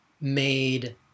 made